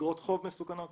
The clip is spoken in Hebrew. באגרות חוב מסוכנות.